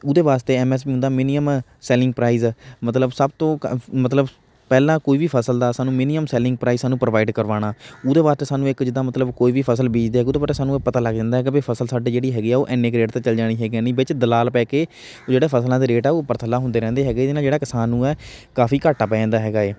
ਉਹਦੇ ਵਾਸਤੇ M S P ਹੁੰਦਾ ਮਿਨੀਅਮ ਸੈਲਿੰਗ ਪ੍ਰਾਈਜ਼ ਮਤਲਬ ਸਭ ਤੋਂ ਕ ਮਤਲਬ ਪਹਿਲਾਂ ਕੋਈ ਵੀ ਫ਼ਸਲ ਦਾ ਸਾਨੂੰ ਮਿਨੀਅਮ ਸੈਲਿੰਗ ਪ੍ਰਾਈਜ਼ ਸਾਨੂੰ ਪ੍ਰੋਵਾਈਡ ਕਰਵਾਉਣਾ ਉਹਦੇ ਵਾਸਤੇ ਸਾਨੂੰ ਇੱਕ ਜਿੱਦਾਂ ਮਤਲਬ ਕੋਈ ਵੀ ਫਸਲ ਬੀਜਦੇ ਉਹਦੇ ਸਾਨੂੰ ਪਤਾ ਲੱਗ ਜਾਂਦਾ ਕਿ ਵੀ ਫਸਲ ਸਾਡੀ ਜਿਹੜੀ ਹੈਗੀ ਆ ਉਹ ਇੰਨੇ ਕੁ ਰੇਟ ਤੇ ਚੱਲ ਜਾਣੀ ਹੈਗੀ ਹੈ ਨਹੀਂ ਵਿੱਚ ਦਲਾਲ ਪੈ ਕੇ ਜਿਹੜਾ ਫਸਲਾਂ ਦੇ ਰੇਟ ਹੈ ਉਹ ਉੱਪਰ ਥੱਲਾ ਹੁੰਦੇ ਰਹਿੰਦੇ ਹੈਗੇ ਇਹਦੇ ਨਾਲ ਜਿਹੜਾ ਕਿਸਾਨ ਨੂੰ ਹੈ ਕਾਫ਼ੀ ਘਾਟਾ ਪੈ ਜਾਂਦਾ ਹੈਗਾ ਹੈ